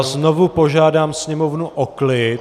Znovu požádám sněmovnu o klid.